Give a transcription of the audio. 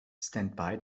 standby